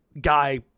guy